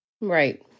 Right